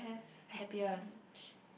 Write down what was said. happiest